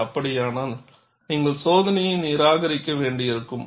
அது அப்படியானால் நீங்கள் சோதனையை நிராகரிக்க வேண்டியிருக்கும்